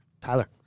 Tyler